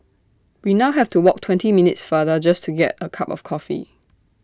we now have to walk twenty minutes farther just to get A cup of coffee